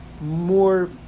more